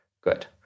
Good